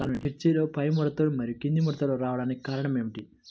మిర్చిలో పైముడతలు మరియు క్రింది ముడతలు రావడానికి కారణం ఏమిటి?